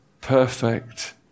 perfect